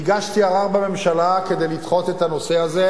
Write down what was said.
הגשתי ערר בממשלה כדי לדחות את הנושא הזה.